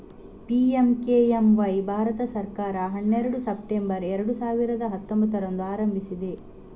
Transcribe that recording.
PMKMY Bharat ಸರ್ಕಾರ ಹನ್ನೆರಡು September ಎರಡು ಸಾವಿರದ ಹತ್ತೊಂಭತ್ತರಂದು ಆರಂಭಿಸಿದೆ